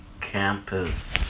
campus